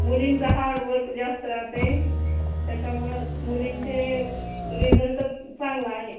मुलींचं hard work जास्त राहत आहे त्याच्यामुळं मुलींचे रीझल्ट चांगला आहे